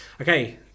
Okay